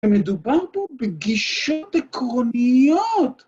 מדובר פה בגישות עקרוניות.